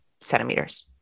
centimeters